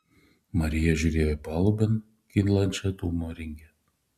marija žiūrėjo į palubėn kylančią dūmo ringę